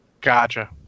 Gotcha